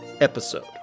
episode